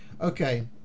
okay